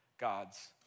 God's